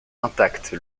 intacte